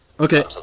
Okay